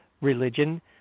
religion